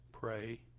Pray